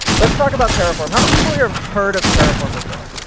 let's talk about terraform. how many people here have heard of terraform before?